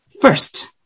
first